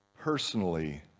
Personally